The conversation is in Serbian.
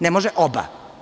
Ne može oba.